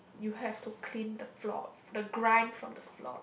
you have to clean the floor the grind from the floor